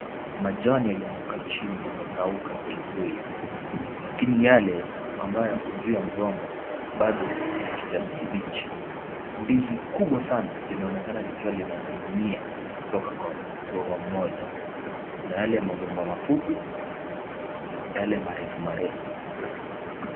Majani yalianguka chini yamekauka kweli kweli lakini yale ambayo yako juu ya mgomba bado ni ya kijani kibichi. Ndizi kubwa sana linaonekana likiwa inaning'inia kutoka kwa mgomba mmoja. Kuna yake magomba mafupi na yale marefu marefu.